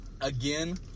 again